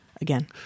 Again